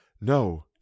No